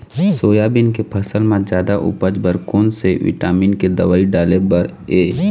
Soybean के फसल म जादा उपज बर कोन से विटामिन के दवई डाले बर ये?